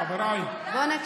"וואי, וואי, וואי"